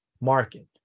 market